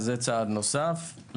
זה צעד נוסף.